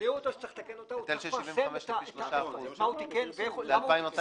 שכנעו שצריך לתקן אותה והוא מפרסם מה הוא תיקן ולמה הוא תיקן.